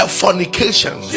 fornication